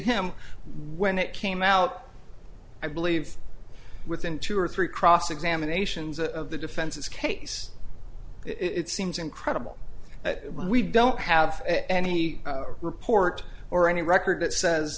him when it came out i believe within two or three cross examinations of the defense's case it seems incredible that we don't have any report or any record that says